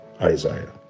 Isaiah